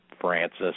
Francis